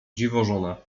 dziwożona